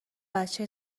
بچه